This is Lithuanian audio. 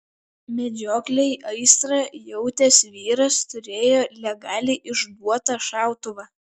medžioklei aistrą jautęs vyras turėjo legaliai išduotą šautuvą